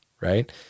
right